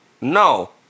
No